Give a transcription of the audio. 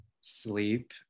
sleep